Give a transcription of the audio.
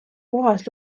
puhas